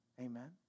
Amen